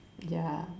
ya